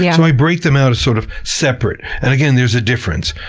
yeah i break them out as sort of separate, and again, there's a difference.